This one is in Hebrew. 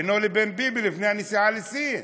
בינו לבין ביבי, לפני הנסיעה לסין,